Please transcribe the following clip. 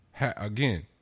Again